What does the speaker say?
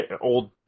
old